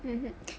mm mm